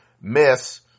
Miss